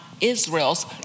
Israel's